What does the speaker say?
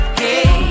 hey